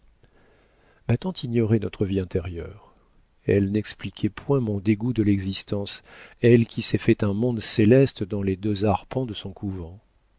tante ignorait notre vie intérieure elle n'expliquait point mon dégoût de l'existence elle qui s'est fait un monde céleste dans les deux arpents de son couvent